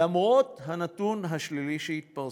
למרות הנתון השלילי שהתפרסם,